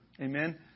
Amen